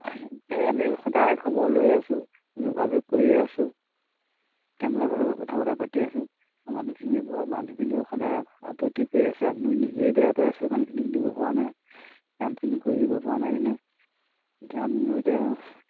এনেই সদায় খবৰ লৈয়ে আছো যোগাযোগ কৰিয়ে আছো কথা বতৰা পাতি আছো আৰু মানুহখিনিয়ে বৰ মানুহখিনিয়ে সদায় আপত্তি কৰি আছে আমি নিজেও বেয়া পাই আছো মানুহখিনিক দিব পৰা নাই কামখিনি কৰি দিব পৰা নাই কাৰণে এতিয়া আমিও এতিয়া